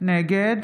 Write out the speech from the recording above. נגד